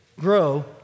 grow